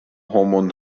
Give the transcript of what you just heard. homon